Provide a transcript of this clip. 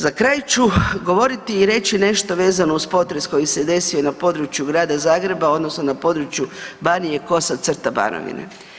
Za kraj ću govoriti i reći nešto vezano uz potres koji se desio na području grada Zagreba, odnosno na Banije, kosa crta, Banovine.